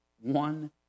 one